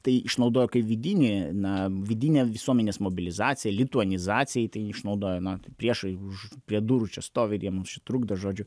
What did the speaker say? tai išnaudojo kaip vidinį na vidinę visuomenės mobilizaciją lituanizacijai tai išnaudojo na t priešai už prie durų čia stovi jie mums čia trukdo žodžiu